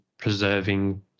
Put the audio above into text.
preserving